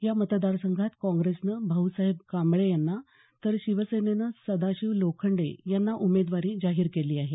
या मतदार संघात काँग्रेसनं भाऊसाहेब कांबळे यांना तर शिवसेनेनं सदाशिव लोखंडे यांना उमेदवारी जाहीर केली आहे